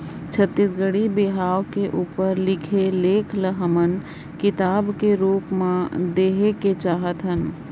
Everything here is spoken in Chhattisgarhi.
छत्तीसगढ़ी बिहाव के उपर लिखे लेख ल हमन किताब कर रूप देहेक चाहत हन